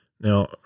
Now